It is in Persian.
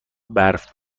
برف